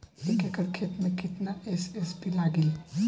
एक एकड़ खेत मे कितना एस.एस.पी लागिल?